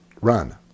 run